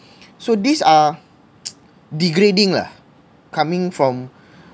so these are degrading lah coming from